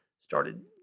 started